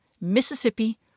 Mississippi